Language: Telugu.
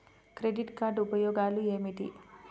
క్రెడిట్ కార్డ్ ఉపయోగాలు ఏమిటి?